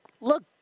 look